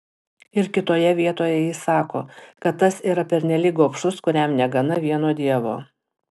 ir kitoje vietoje jis sako kad tas yra pernelyg gobšus kuriam negana vieno dievo